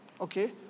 okay